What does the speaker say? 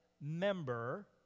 member